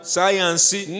Science